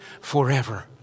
forever